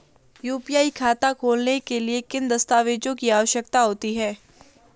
UPI खाता खोलने के लिए किन दस्तावेज़ों की आवश्यकता होती है?